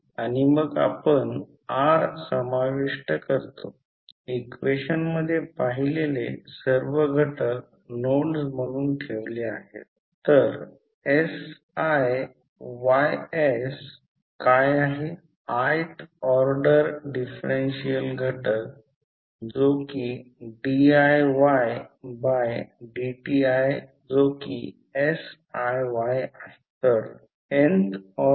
तर ∅1 अशा प्रकारे मग ∅2 चा हा मार्ग आहे जो तेथे आहे एकमेकांना विरोध करणे नाही याचा अर्थ समीकरण लिहिताना ते डॉटमध्ये प्रवेश करत आहे आणि ते डॉटपासून दूर जात आहे की म्युचुअल गोष्ट निगेटिव चिन्ह असेल